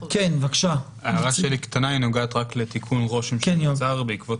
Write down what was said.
ההערה שלי נוגעת רק לתיקון רושם שנוצר בעקבות